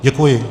Děkuji.